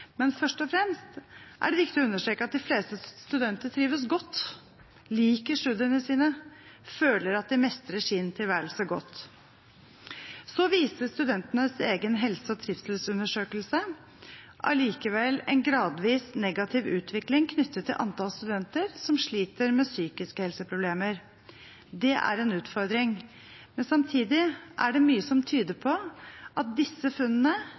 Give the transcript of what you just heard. Men først og fremst er det viktig å understreke at de fleste studenter trives godt, liker studiene sine og føler at de mestrer sin tilværelse godt. Så viser studentenes egen helse- og trivselsundersøkelse allikevel en gradvis negativ utvikling knyttet til antall studenter som sliter med psykiske helseproblemer. Det er en utfordring. Samtidig er det mye som tyder på at disse funnene